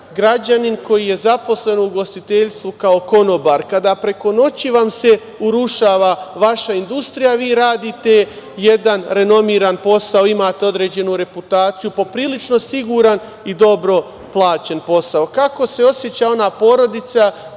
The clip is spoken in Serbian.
građanin koji je zaposlen u ugostiteljstvu kao konobar kada preko noći vam se urušava vaša industrija, a vi radite jedan renomiran posao, imate određenu reputaciju, poprilično siguran i dobro plaćen posao? Kako se oseća ona porodica